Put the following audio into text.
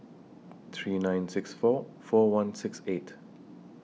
three nine six four four one six eight